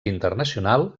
internacional